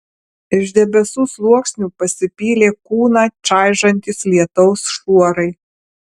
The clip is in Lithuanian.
iš debesų sluoksnių pasipylė kūną čaižantys lietaus šuorai